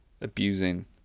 abusing